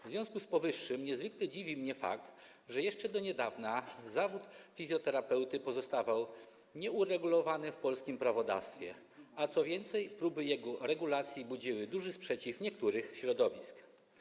W związku z powyższym niezwykle dziwi mnie fakt, że jeszcze do niedawna zawód fizjoterapeuty pozostawał nieuregulowany w polskim prawodawstwie, co więcej, próby jego regulacji budziły duży sprzeciw niektórych środowisk.